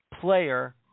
player